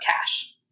cash